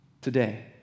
today